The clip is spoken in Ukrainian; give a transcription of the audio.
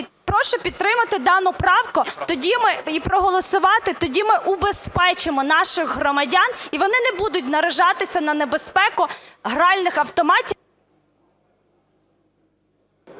Прошу підтримати дану правку і проголосувати, тоді ми убезпечимо наших громадян, і вони не будуть наражатися на небезпеку гральних автоматів...